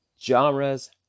genres